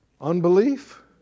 Unbelief